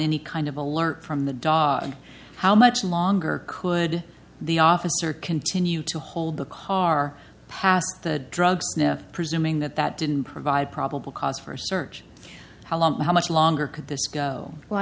any kind of alert from the dog and how much longer could the officer continue to hold the car past the drug sniffing presuming that that didn't provide probable cause for a search how long how much longer could this go well i